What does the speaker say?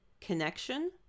connection